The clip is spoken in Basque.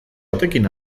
batekin